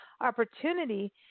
opportunity